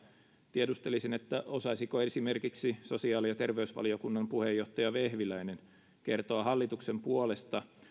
tiedustelisin osaisiko esimerkiksi sosiaali ja terveysvaliokunnan puheenjohtaja vehviläinen kertoa hallituksen puolesta